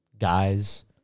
guys